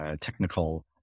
technical